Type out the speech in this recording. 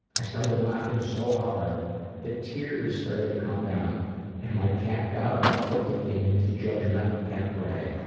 i started laughing so hard that tears started to come down and my cat got up, looked at me in his judgmental cat way,